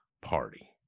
party